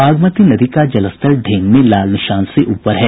बागमती नदी का जलस्तर ढेंग में लाल निशान से ऊपर है